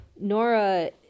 Nora